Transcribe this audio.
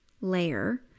layer